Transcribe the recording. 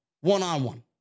one-on-one